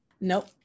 Nope